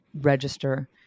register